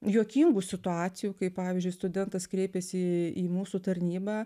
juokingų situacijų kai pavyzdžiui studentas kreipėsi į mūsų tarnybą